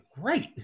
great